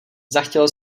zachtělo